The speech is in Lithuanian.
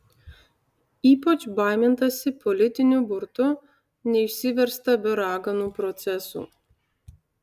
ypač baimintasi politinių burtų neišsiversta be raganų procesų